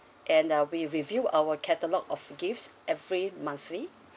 and uh we reveal our catalogue of gifts every monthly